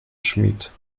schmied